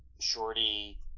Shorty